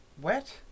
wet